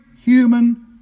human